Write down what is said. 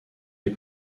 les